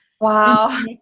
Wow